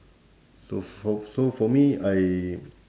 so for so for me I